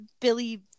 Billy